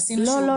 עשינו -- לא,